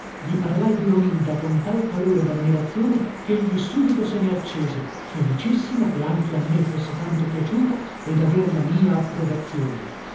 gli parlai di romilda con tal calore dammirazione chegli subito se ne accese felicissimo che anche a me fosse tanto piaciuta e daver la mia approvazione